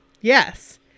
Yes